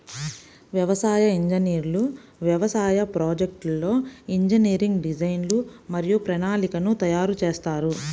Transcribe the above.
వ్యవసాయ ఇంజనీర్లు వ్యవసాయ ప్రాజెక్ట్లో ఇంజనీరింగ్ డిజైన్లు మరియు ప్రణాళికలను తయారు చేస్తారు